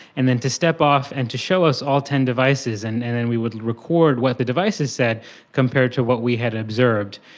and then to step off and to show us all ten devices and and then we would record what the devices said compared to what we had observed.